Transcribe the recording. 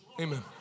Amen